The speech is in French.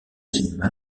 cinéma